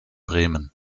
bremen